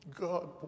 God